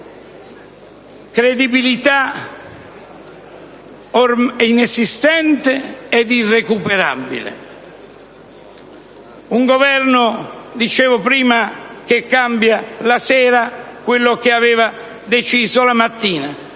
credibilità è ormai inesistente e irrecuperabile. Un Governo, dicevo prima, che cambia la sera quel che aveva deciso la mattina.